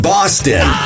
Boston